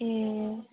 ए